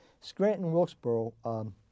Scranton-Wilkesboro